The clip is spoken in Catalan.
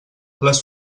les